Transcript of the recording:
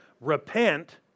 repent